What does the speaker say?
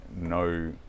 no